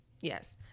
yes